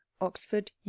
oxford